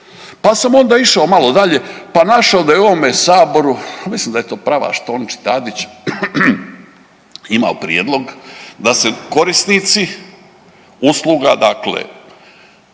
Pa sam onda išao malo dalje pa našao da je u ovom Saboru, mislim da je to pravaš Tonči Tadić imao prijedlog da se korisnici usluga dakle